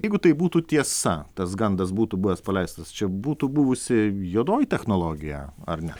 jeigu tai būtų tiesa tas gandas būtų buvęs paleistas čia būtų buvusi juodoji technologija ar ne